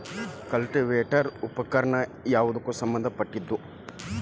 Cultivator ಉಪಕರಣ ಯಾವದಕ್ಕ ಸಂಬಂಧ ಪಟ್ಟಿದ್ದು?